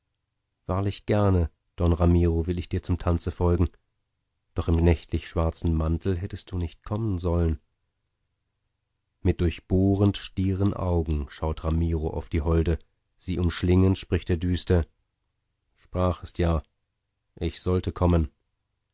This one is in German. wahrlich gerne don ramiro will ich dir zum tanze folgen doch im nächtlich schwarzen mantel hättest du nicht kommen sollen mit durchbohrend stieren augen schaut ramiro auf die holde sie umschlingend spricht er düster sprachest ja ich sollte kommen